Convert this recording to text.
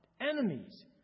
Enemies